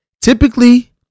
Typically